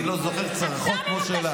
אני לא זוכר צרחות כמו שלך.